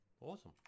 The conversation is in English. awesome